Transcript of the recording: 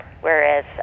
Whereas